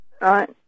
Right